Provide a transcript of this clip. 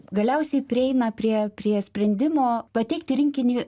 galiausiai prieina prie prie sprendimo pateikti rinkinį